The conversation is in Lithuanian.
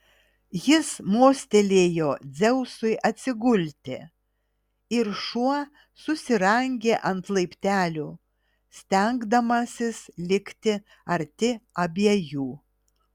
jis mostelėjo dzeusui atsigulti ir šuo susirangė ant laiptelių stengdamasis likti arti abiejų